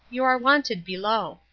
you are wanted below.